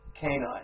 canine